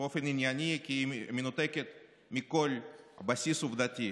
באופן ענייני, כי היא מנותקת מכל בסיס עובדתי.